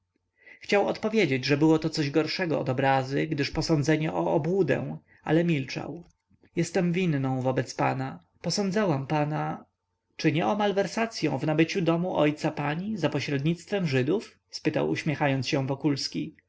chciał odpowiedzieć że to było coś gorszego od obrazy gdyż posądzenie o obłudę ale milczał jestem winną wobec pana posądzałam pana czy nie o malwersacyą w nabyciu domu ojca pani za pośrednictwem żydów spytał uśmiechając się wokulski o